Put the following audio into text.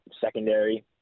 secondary